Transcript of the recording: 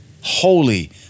Holy